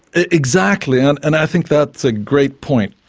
exactly and and i think that's a great point.